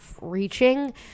reaching